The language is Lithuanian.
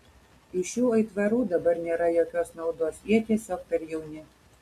iš šių aitvarų dabar nėra jokios naudos jie tiesiog per jauni